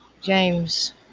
James